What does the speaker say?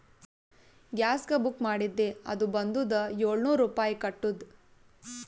ಗ್ಯಾಸ್ಗ book ಮಾಡಿದ್ದೆ ಅದು ಬಂದುದ ಏಳ್ನೂರ್ ರುಪಾಯಿ ಕಟ್ಟುದ್